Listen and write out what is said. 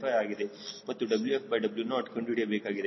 995 ಆಗಿದೆ ನಾವು WfW0 ಕಂಡುಹಿಡಿಯಬೇಕಾಗಿದೆ